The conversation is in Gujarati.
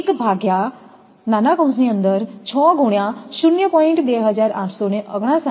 તેથી તે 1 6 × 0